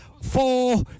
four